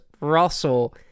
Russell